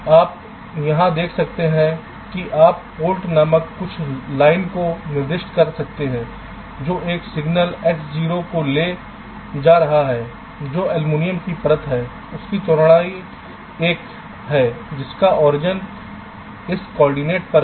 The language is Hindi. आप यहां देख सकते हैं कि आप पोर्ट नामक कुछ लाइन को निर्दिष्ट कर सकते हैं जो एक सिग्नल x0 को ले जा रहा है जो एल्यूमीनियम की परत पर है जिसकी चौड़ाई 1 है जिसका origin इस कोआर्डिनेट पर है